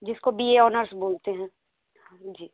जिसको B A honours बोलते हैं जी